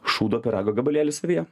šūdo pyrago gabalėlį savyje